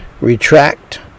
retract